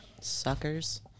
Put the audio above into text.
suckers